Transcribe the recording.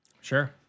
Sure